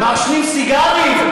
מעשנים סיגרים.